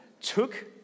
took